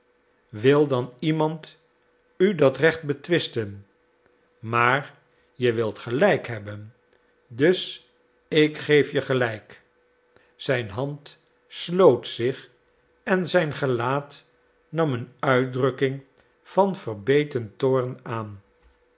wil dan iemand u dat recht betwisten maar je wilt gelijk hebben dus ik geef je gelijk zijn hand sloot zich en zijn gelaat nam een uitdrukking van verbeten toorn aan